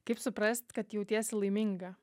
kaip suprast kad jautiesi laiminga